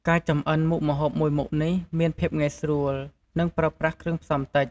ការចំអិនមុខម្ហូបមួយមុខនេះមានភាពងាយស្រួល និងប្រើប្រាស់គ្រឿងផ្សំតិច។